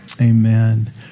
amen